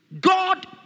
God